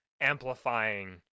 amplifying